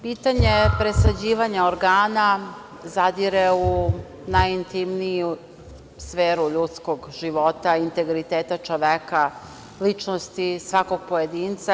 Pitanje presađivanja organa zadire u najintimniju sferu ljudskog života i integriteta čoveka, ličnosti svakog pojedinca.